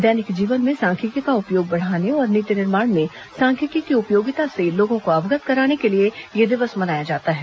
दैनिक जीवन में सांख्यिकी का उपयोग बढ़ाने और नीति निर्माण में सांख्यिकी की उपयोगिता से लोगों को अवगत कराने के लिए यह दिवस मनाया जाता है